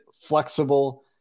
flexible